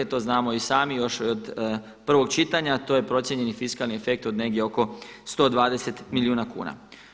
To znamo i sami još od prvog čitanja, a to je procijenjeni fiskalni efekt od negdje oko 120 milijuna kuna.